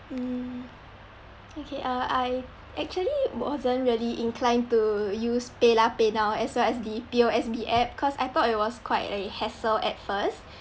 mm okay uh I actually wasn't really inclined to use paylah paynow as well as the P_O_S_B app cause I thought it was quite a hassle at first